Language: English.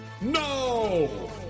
No